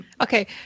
okay